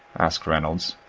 asked reynolds,